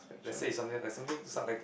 let's say is something like something is not like